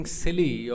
silly